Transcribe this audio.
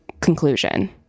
conclusion